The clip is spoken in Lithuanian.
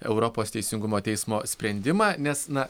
europos teisingumo teismo sprendimą nes na